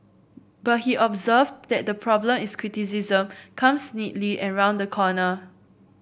but he observed that the problem is criticism comes needly and round the corner